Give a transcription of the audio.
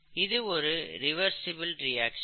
இது ஒரு reversible reaction